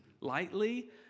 lightly